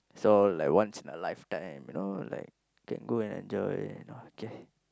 so like once in your lifetime you know like can go and enjoy okay